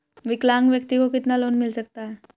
विकलांग व्यक्ति को कितना लोंन मिल सकता है?